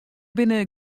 binne